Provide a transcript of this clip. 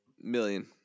Million